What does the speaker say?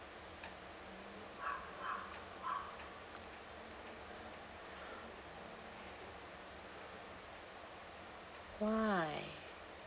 why